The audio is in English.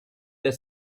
that